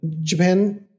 Japan